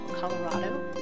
Colorado